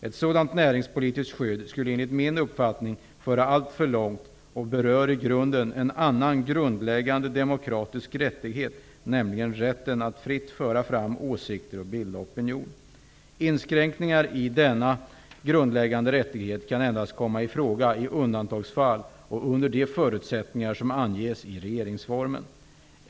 Ett sådant näringspolitiskt skydd skulle enligt min uppfattning föra alltför långt och berör i grunden en annan grundläggande demokratisk rättighet, nämligen rätten att fritt föra fram åsikter och bilda opinion. Inskränkningar i denna grundläggande rättighet kan endast komma i fråga i undantagsfall och under de förutsättningar som anges i regeringsformen.